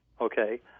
okay